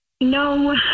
No